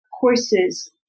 courses